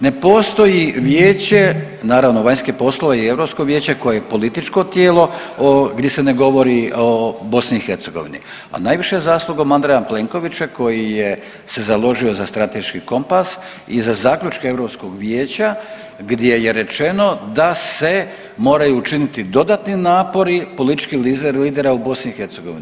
Ne postoji vijeće naravno vanjskih poslova i Europsko vijeće koje je političko tijelo gdje se ne govori o BiH, a najviše zaslugom Andreja Plenkovića koji je se založio za strateški kompas i za zaključke Europskog vijeća gdje je rečeno da se moraju učiniti dodatni napori političkih lidera u BiH.